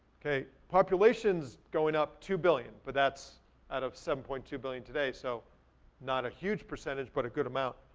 kay, population's going up two billion, but that's out of seven point two billion today. so not a huge percentage, but a good amount.